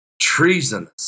treasonous